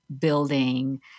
building